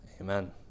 Amen